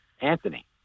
Anthony